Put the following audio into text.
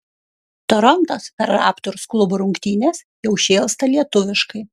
torontas per raptors klubo rungtynes jau šėlsta lietuviškai